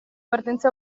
partenza